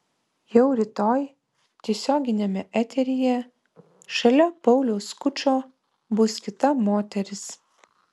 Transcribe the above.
jau rytoj tiesioginiame eteryje šalia pauliaus skučo bus kita moteris